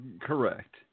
Correct